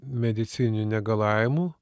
medicininių negalavimų